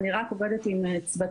אני רק עובדת עם צוותים,